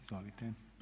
Izvolite.